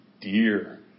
dear